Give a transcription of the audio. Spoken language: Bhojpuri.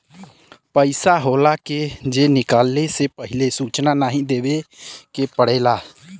पइसा होला जे के निकाले से पहिले सूचना नाही देवे के पड़ेला